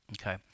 Okay